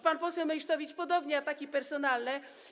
Pan poseł Meysztowicz podobnie - ataki personalne.